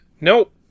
Nope